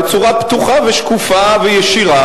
בצורה פתוחה ושקופה וישירה